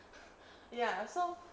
ya so